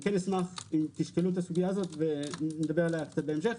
כן אשמח אם תשקלו את הסוגיה הזאת ונדבר עליה בהמשך.